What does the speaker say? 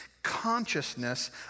consciousness